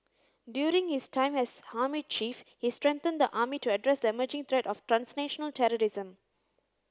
during his time as army chief he strengthened the army to address the emerging threat of transnational terrorism